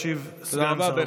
ישיב סגן שר הבריאות.